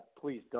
please